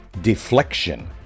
deflection